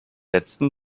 letzten